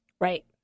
Right